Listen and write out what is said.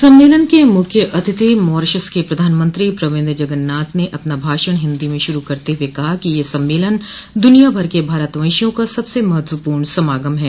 सम्मेलन के मुख्य अतिथि मॉरिशस के प्रधानमंत्री प्रविंद जगनाथ ने अपना भाषण हिन्दी में शुरू करते हुए कहा कि यह सम्मेलन दुनियाभर के भारतवंशियों का सबसे महत्वपूर्ण समागम है